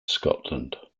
scotland